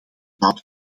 laat